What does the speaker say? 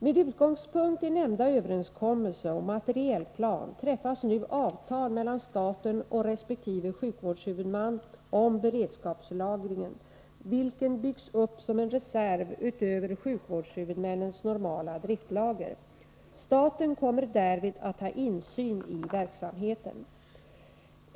Med utgångspunkt i nämnda överenskommelse och materielplan träffas nu avtal mellan staten och resp. sjukvårdshuvudman om beredskapslagringen, vilken byggs upp som en reserv utöver sjukvårdshuvudmännens normala driftlager. Staten kommer därvid att ha insyn i verksamheten.